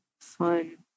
fun